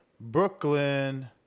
Brooklyn